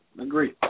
Agree